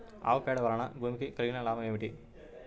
ఆవు పేడ వలన భూమికి కలిగిన లాభం ఏమిటి?